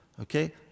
Okay